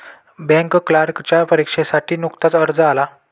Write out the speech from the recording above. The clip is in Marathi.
बँक क्लर्कच्या परीक्षेसाठी नुकताच अर्ज आला